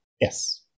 Yes